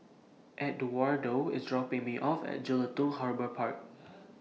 Eduardo IS dropping Me off At Jelutung Harbour Park